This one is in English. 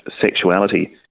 sexuality